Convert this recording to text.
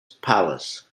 palace